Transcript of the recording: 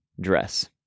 dress